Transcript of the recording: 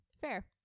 Fair